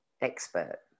expert